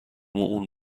اون